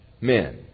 men